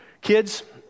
Kids